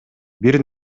бир